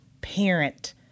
parent –